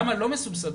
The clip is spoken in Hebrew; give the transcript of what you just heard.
גם הלא מסובסדות,